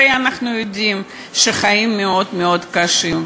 הרי אנחנו יודעים שהחיים מאוד מאוד קשים,